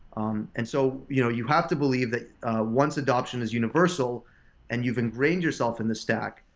um and so you know you have to believe that once adoption is universal and you've engrained yourself in the stack,